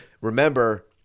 Remember